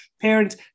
parents